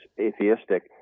atheistic